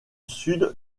sud